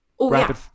rapid